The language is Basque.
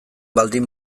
baldin